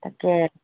তাকে